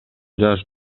жаш